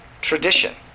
tradition